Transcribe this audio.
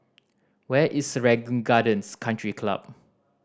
where is Serangoon Gardens Country Club